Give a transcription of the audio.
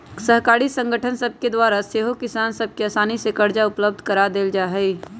सहकारी संगठन सभके द्वारा सेहो किसान सभ के असानी से करजा उपलब्ध करा देल जाइ छइ